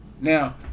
Now